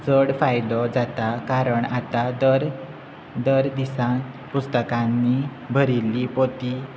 चड फायदो जाता कारण आतां दर दर दिसां पुस्तकांनी भरिल्ली पोती